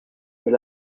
mais